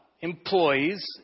employees